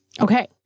Okay